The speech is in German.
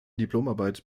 diplomarbeit